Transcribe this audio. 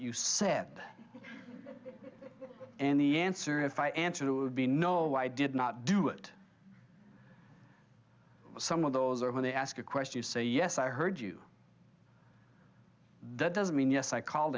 you said any answer and if i answered it would be no i did not do it some of those are when they ask a question you say yes i heard you that doesn't mean yes i call